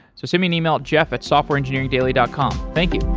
so send me an email at jeff at softwarengineeringdaily dot com. thank you